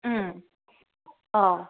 ꯎꯝ ꯑꯥ